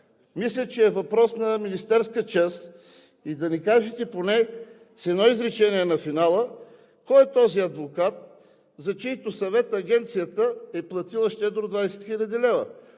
Мисля, че е въпрос на министерска чест да ни кажете с едно изречение на финала: кой е този адвокат, за чийто съвет Агенцията е платила щедро 20 хил. лв.